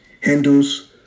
Hindus